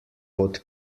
pod